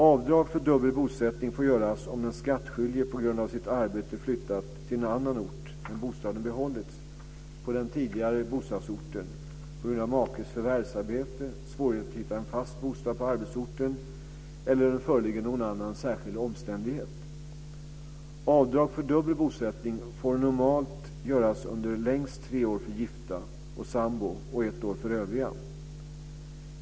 Avdrag för dubbel bosättning får göras om den skattskyldige på grund av sitt arbete flyttat till annan ort men bostaden behållits på den tidigare bostadsorten på grund av makes förvärvsarbete, svårigheter att hitta en fast bostad på arbetsorten eller om det föreligger någon annan särskild omständighet. Avdrag för dubbel bosättning får normalt göras under längst tre år för gifta och sambor och ett år för övriga.